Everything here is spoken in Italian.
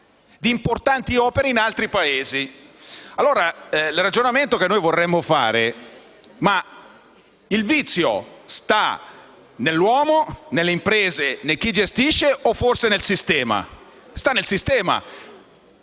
di importanti realizzazioni. Il ragionamento che vorremmo fare è il seguente: il vizio sta nell'uomo, nelle imprese, in chi gestisce o forse nel sistema? Sta nel sistema.